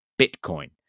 Bitcoin